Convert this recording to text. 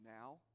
now